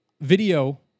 video